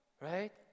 right